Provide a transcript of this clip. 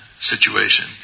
situation